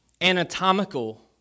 anatomical